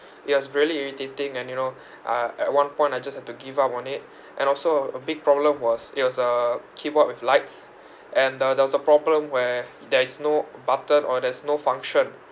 it was really irritating and you know uh at one point I just have to give up on it and also a big problem was it was a keyboard with lights and the there was a problem where there is no button or there's no function